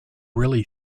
really